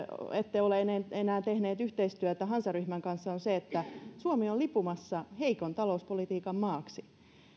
ette ole enää tehneet yhteistyötä hansaryhmän kanssa on se että suomi on lipumassa heikon talouspolitiikan maaksi